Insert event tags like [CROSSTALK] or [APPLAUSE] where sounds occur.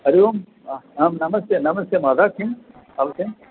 हरिः ओम् आम् नमस्ते नमस्ते महोदया किं [UNINTELLIGIBLE]